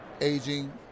aging